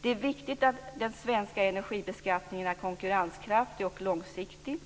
Det är viktigt att den svenska energibeskattningen är konkurrenskraftig och långsiktig.